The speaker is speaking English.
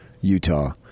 Utah